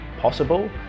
possible